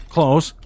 Close